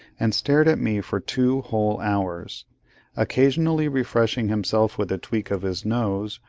and stared at me for two whole hours occasionally refreshing himself with a tweak of his nose,